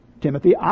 Timothy